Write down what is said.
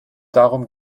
darum